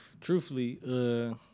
truthfully